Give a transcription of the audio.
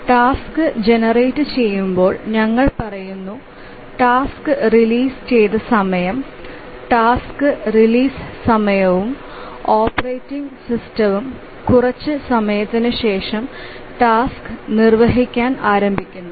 task ജനറേറ്റുചെയ്യുമ്പോൾ ഞങ്ങൾ പറയുന്നു ടാസ്ക് റിലീസ് ചെയ്ത സമയം ടാസ്ക് റിലീസ് സമയവും ഓപ്പറേറ്റിംഗ് സിസ്റ്റവും കുറച്ച് സമയത്തിന് ശേഷം ടാസ്ക് നിർവ്വഹിക്കാൻ ആരംഭിക്കുന്നു